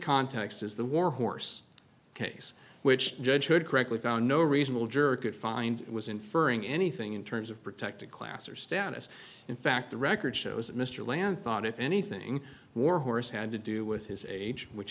context is the warhorse case which judge heard correctly found no reasonable jury could find was inferring anything in terms of protected class or status in fact the record shows that mr lamb thought if anything warhorse had to do with his age which